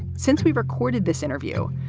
since we recorded this interview,